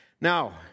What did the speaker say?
Now